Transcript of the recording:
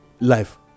life